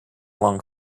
along